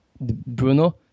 Bruno